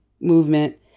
movement